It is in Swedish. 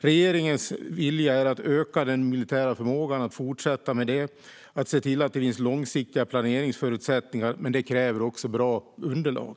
Regeringens vilja är att fortsätta öka den militära förmågan och att se till att det finns långsiktiga planeringsförutsättningar. Men det kräver också bra underlag.